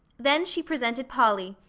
then she presented polly,